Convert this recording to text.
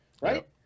right